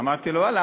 אמרתי לו: ואללה?